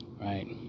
right